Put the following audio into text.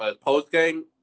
post-game